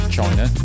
China